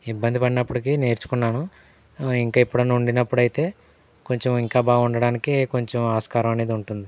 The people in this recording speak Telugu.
ఇబ్బంది పడినప్పటికీ నేర్చుకున్నాను ఇంకా ఎప్పుడన్న వండినప్పుడు అయితే కొంచెం ఇంకా బాగా వండడానికి కొంచెం ఆస్కారం అనేది ఉంటుంది